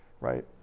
right